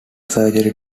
surgery